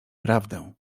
prawdę